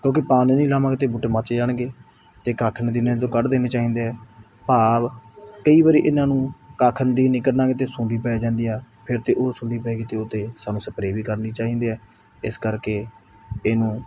ਕਿਉਂਕਿ ਪਾਣੀ ਨਹੀਂ ਲਾਵਾਂਗੇ ਤਾਂ ਬੂਟੇ ਮੱਚ ਜਾਣਗੇ ਅਤੇ ਕੱਖ ਨਦੀਨੇ 'ਚੋਂ ਕੱਢ ਦੇਣੇ ਚਾਹੀਦੇ ਆ ਭਾਵ ਕਈ ਵਾਰੀ ਇਹਨਾਂ ਨੂੰ ਕੱਖ ਨਦੀਨ ਨਹੀਂ ਕੱਢਾਂਗੇ ਤਾਂ ਸੁੰਡੀ ਪੈ ਜਾਂਦੀ ਆ ਫਿਰ ਤਾਂ ਉਹ ਸੁੰਡੀ ਪੈ ਗਈ ਤਾਂ ਉਹ 'ਤੇ ਸਾਨੂੰ ਸਪਰੇਅ ਵੀ ਕਰਨੀ ਚਾਹੀਦੀ ਆ ਇਸ ਕਰਕੇ ਇਹਨੂੰ